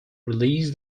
release